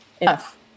enough